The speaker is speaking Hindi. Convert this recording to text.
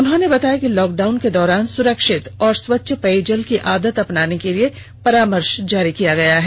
उन्होंने बताया कि लॉकडाउन के दौरान सुरक्षित और स्वच्छ पेयजल की आदत अपनाने के लिए परामर्श जारी किया गया है